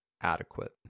adequate